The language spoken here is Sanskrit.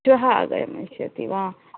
श्वः आगमिष्यति वा